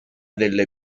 delle